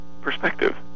perspective